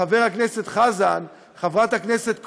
חבר הכנסת חזן, חברת הכנסת קורן,